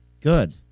Good